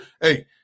Hey